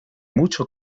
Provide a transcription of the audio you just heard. mucho